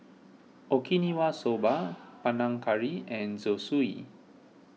Okinawa Soba Panang Curry and Zosui